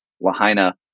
Lahaina